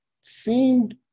seemed